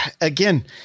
again